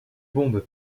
bombes